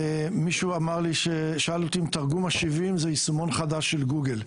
מישהו שאל אותי אם תרגום השבעים זה יישומון חדש של גוגל,